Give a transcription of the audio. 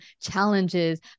challenges